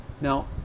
Now